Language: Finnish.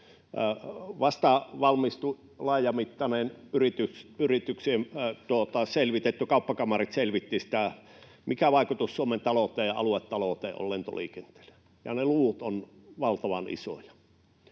Vasta valmistui laajamittainen selvitys, kauppakamarit selvittivät sitä, mikä vaikutus Suomen talouteen ja aluetalouteen on lentoliikenteellä, ja ne luvut ovat valtavan isoja.